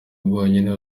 bwonyine